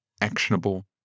actionable